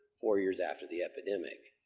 four years after the epidemic.